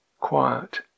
quiet